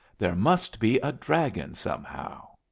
there must be a dragon somehow.